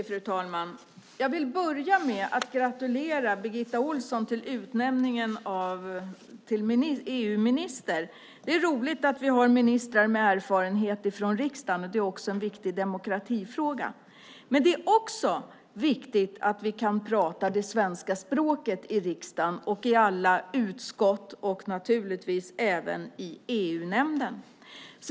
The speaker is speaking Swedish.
Fru talman! Jag vill börja med att gratulera Birgitta Ohlsson till utnämningen till EU-minister. Det är roligt att vi har ministrar med erfarenhet från riksdagen. Det är en demokratifråga. Men det är också viktigt att vi kan prata det svenska språket i riksdagen i alla utskott och naturligtvis även i EU-nämnden.